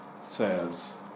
says